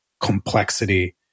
complexity